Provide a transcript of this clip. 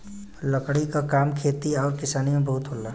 लकड़ी क काम खेती आउर किसानी में बहुत होला